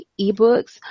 eBooks